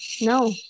No